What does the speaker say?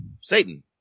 Satan